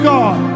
God